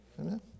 Amen